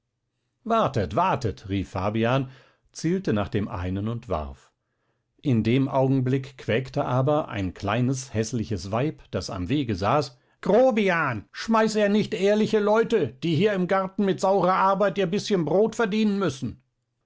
wartet wartet rief fabian zielte nach dem einen und warf in dem augenblick quäkte aber ein kleines häßliches weib das am wege saß grobian schmeiß er nicht ehrliche leute die hier im garten mit saurer arbeit ihr bißchen brot verdienen müssen